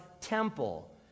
temple